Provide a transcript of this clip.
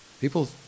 People